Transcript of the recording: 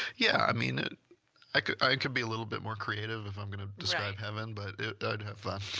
yeah, i mean ah i could i could be a little bit more creative if i'm going to describe heaven, but i'd have fun.